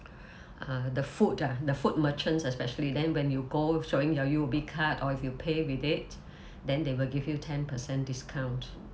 uh the food ah the food merchants especially then when you go showing your U_O_B card or if you pay with it then they will give you ten percent discount